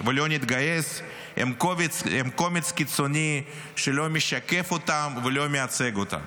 ולא נתגייס" הם קומץ קיצוני שלא משקף אותם ולא מייצג אותם.